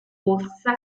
corsa